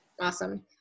Awesome